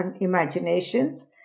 imaginations